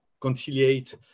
conciliate